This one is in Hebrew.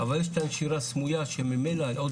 אבל יש את הנשירה הסמויה שהיא ממילא עוד